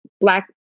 Black